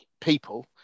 people